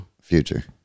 future